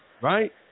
right